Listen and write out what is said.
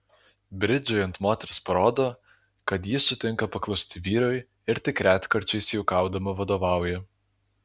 bridžai ant moters parodo kad ji sutinka paklusti vyrui ir tik retkarčiais juokaudama vadovauja